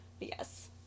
Yes